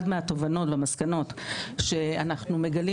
אחד מהתובנות והמסקנות שאנחנו מגלים